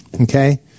okay